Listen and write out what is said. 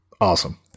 Awesome